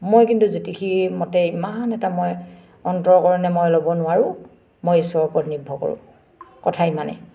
মই কিন্তু জ্যোতিষীৰ মতে ইমান এটা মই অন্তৰকৰণে মই ল'ব নোৱাৰোঁ মই ঈশ্বৰৰ ওপৰত নিৰ্ভৰ কৰোঁ কথা ইমানেই